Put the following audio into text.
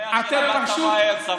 שמח שלמדת מהר.